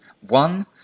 one